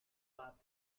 but